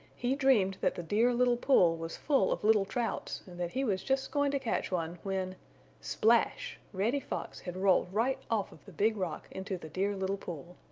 he dreamed that the dear little pool was full of little trouts and that he was just going to catch one when splash! reddy fox had rolled right off of the big rock into the dear little pool.